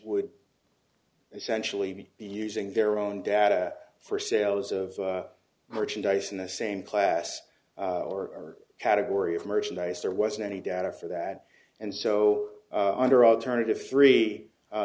would essentially using their own data for sales of merchandise in the same class or category of merchandise there wasn't any data for that and so are under alternative three